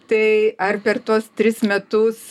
tai ar per tuos tris metus